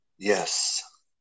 Yes